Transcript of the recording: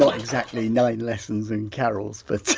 so exactly nine lessons and carols but